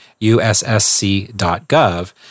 ussc.gov